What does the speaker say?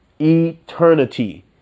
Eternity